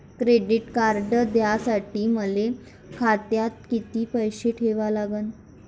Credit card घ्यासाठी मले खात्यात किती पैसे ठेवा लागन?